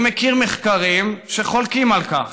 אני מכיר מחקרים שחולקים על כך,